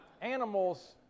Animals